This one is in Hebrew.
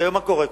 מה קורה היום?